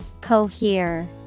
Cohere